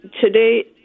today